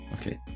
Okay